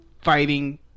fighting